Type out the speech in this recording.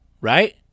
right